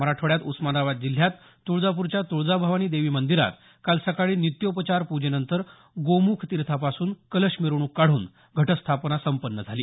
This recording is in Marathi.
मराठवाड्यात उस्मानाबाद जिल्ह्यात तुळजापूरच्या तुळजाभवानी देवी मंदीरात काल सकाळी नित्योपचार प्रजेनंतर गोमुख तिर्थापासून कलश मिरवणूक काढून घटस्थापना संपन्न झाली